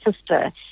sister